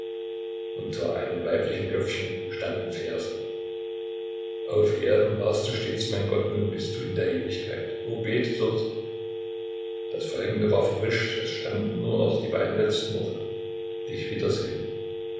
unter einem weiblichen köpfchen standen verse auf erden warst du stets mein gott nun bist du in der ewigkeit oh bete dort das folgende war verwischt es standen nur noch die beiden letzten worte dich wiedersehen